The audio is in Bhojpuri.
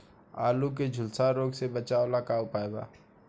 आलू के झुलसा रोग से बचाव ला का उपाय बा?